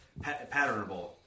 Patternable